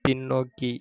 பின்னோக்கி